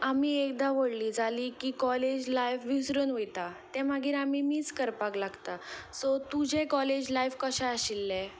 आमी एकदां व्हडलीं जालीं की कॉलेज लायफ विसरून वयता तें मागीर आमी मीस करपाक लागता सो तुजें कॉलेज लायफ कशें आशिल्लें